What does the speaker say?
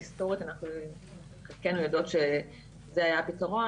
היסטורית אנחנו יודעות שזה היה הפתרון.